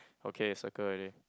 okay circle already